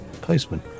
postman